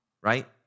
right